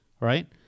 right